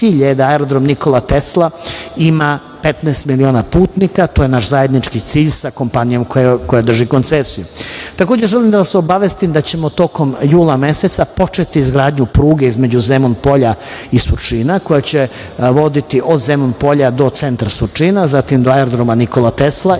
cilj je da aerodrom „Nikola Tesla“ ima 15 miliona putnika. To je naš zajednički cilj sa kompanijom koja drži koncesiju. Takođe, želim da vas obavestim da ćemo tokom jula meseca početi izgradnju pruge između Zemun polja i Surčina koja će voditi od Zemun polja do centra Surčina, zatim do aerodroma „Nikola Tesla“ i do